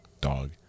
Dog